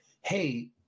hey